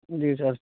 جی سر